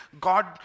God